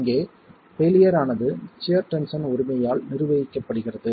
இங்கே பெயிலியர் ஆ னது சியர் டென்ஷன் உரிமையால் நிர்வகிக்கப்படுகிறது